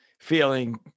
feeling